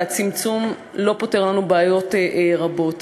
והצמצום לא פותר לנו בעיות רבות.